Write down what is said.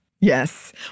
Yes